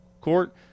court